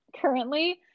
currently